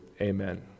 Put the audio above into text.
amen